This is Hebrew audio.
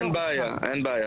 כן.